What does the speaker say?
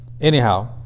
Anyhow